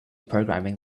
programming